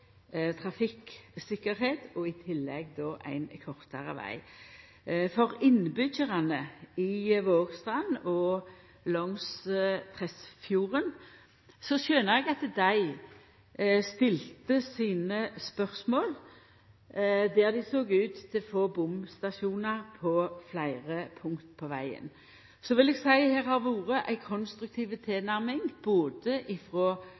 og i tillegg ein kortare veg. For innbyggjarane i Vågstrand og langs Tresfjorden skjønte eg at dei stilte spørsmål ut frå at det såg ut til at dei ville få bomstasjonar på fleire punkt på vegen. Eg vil seia at det har vore ei konstruktiv tilnærming både